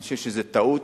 אני חושב שזו טעות.